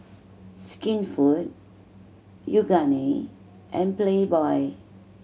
Skinfood Yoogane and Playboy